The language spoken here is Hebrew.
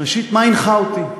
ראשית, מה הנחה אותי?